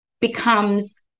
becomes